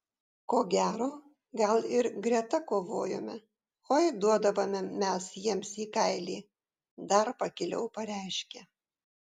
ko gero gal ir greta kovojome oi duodavome mes jiems į kailį dar pakiliau pareiškė